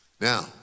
Now